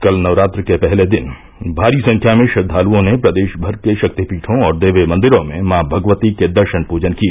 कल नवरात्र के पहले दिन भारी संख्या में श्रद्वाल्ओं ने प्रदेश भर के शक्तिपीठो और देवी मंदिरों में मॉ भगवती के दर्शन पूजन किए